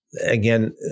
again